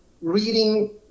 reading